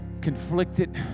conflicted